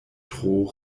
tro